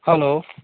hello